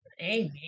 Amen